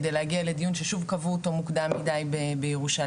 כדי להגיע לדיון ששוב קבעו אותו מוקדם מידי בירושלים,